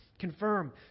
Confirm